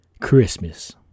Christmas